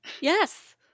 Yes